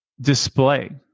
display